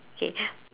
K